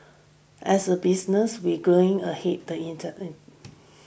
as a business we growing ahead the inter